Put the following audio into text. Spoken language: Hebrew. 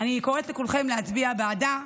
אני קוראת לכולם להצביע בעדה,